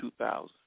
2000